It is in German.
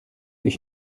ich